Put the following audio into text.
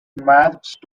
march